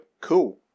Cool